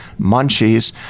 munchies